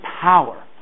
power